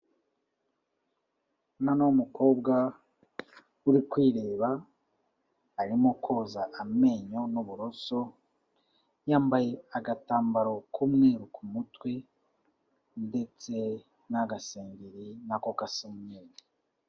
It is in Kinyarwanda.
Umwana w'umukobwa uri kwireba arimo koza amenyo n'uburoso yambaye agatambaro k'umweru ku mutwe ndetse n'agasengeri nako gasa umweru.